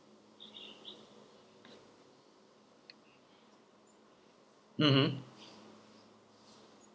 mmhmm